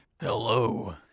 Hello